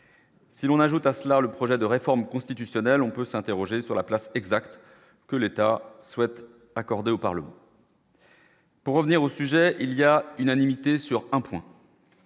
Si l'on ajoute à cela le projet de réforme constitutionnelle, on peut s'interroger sur la place exacte que l'État souhaite accorder au Parlement. Pour revenir au sujet, il y a unanimité sur un point.